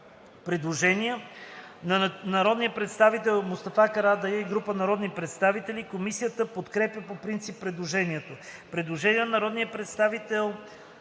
Предложение на народния представител Мустафа Карадайъ и група народни представители. Комисията подкрепя по принцип предложението. Предложение на народния представител